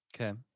Okay